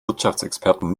wirtschaftsexperten